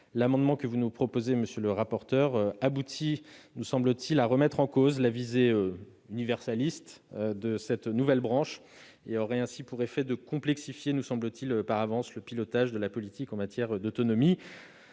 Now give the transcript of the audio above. L'amendement que vous nous proposez, monsieur le rapporteur général, aboutirait, nous semble-t-il, à remettre en cause la visée universaliste de la nouvelle branche. Il aurait ainsi pour effet de complexifier par avance le pilotage de la politique en matière d'autonomie.